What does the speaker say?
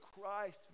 Christ